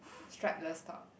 strapless top